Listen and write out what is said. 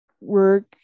work